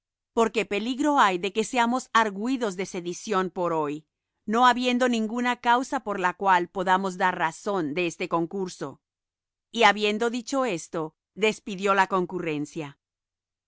porque peligro hay de que seamos argüidos de sedición por hoy no habiendo ninguna causa por la cual podamos dar razón de este concurso y habiendo dicho esto despidió la concurrencia